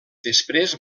després